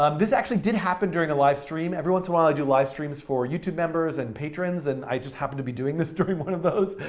um this actually did happen during a live stream, every once in awhile i do live streams for youtube members and patrons, and i just happened to be doing this during one of those,